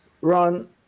Ron